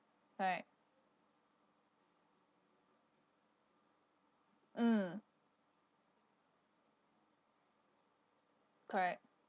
correct mm correct